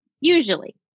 Usually